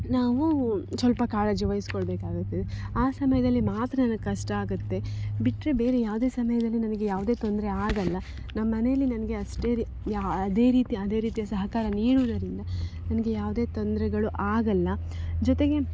ನಾವೂ ಸ್ವಲ್ಪ ಕಾಳಜಿ ವಹಿಸಿಕೊಳ್ಬೇಕಾಗುತ್ತದೆ ಆ ಸಮಯದಲ್ಲಿ ಮಾತ್ರ ನನಗೆ ಕಷ್ಟ ಆಗುತ್ತೆ ಬಿಟ್ಟರೆ ಬೇರೆ ಯಾವುದೇ ಸಮಯದಲ್ಲಿ ನಮಗೆ ಯಾವುದೇ ತೊಂದರೆ ಆಗಲ್ಲ ನಮ್ಮ ಮನೆಲ್ಲಿ ನನಗೆ ಅಷ್ಟೇ ರಿ ಯಾ ಅದೇ ರೀತಿ ಅದೇ ರೀತಿಯ ಸಹಕಾರ ನೀಡುವುದರಿಂದ ನನಗೆ ಯಾವುದೇ ತೊಂದರೆಗಳು ಆಗಲ್ಲ ಜೊತೆಗೆ